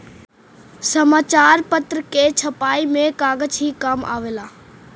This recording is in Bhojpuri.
समाचार पत्र के छपाई में कागज ही काम आवेला